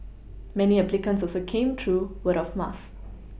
many applicants also came through word of mouth